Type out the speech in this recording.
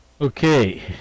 Okay